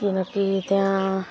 किनकि त्यहाँ